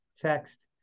Text